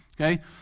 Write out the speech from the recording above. Okay